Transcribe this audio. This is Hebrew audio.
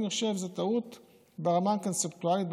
זאת טעות ברמה הקונספטואלית,